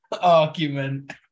argument